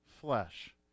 flesh